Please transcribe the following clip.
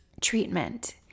treatment